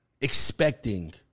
expecting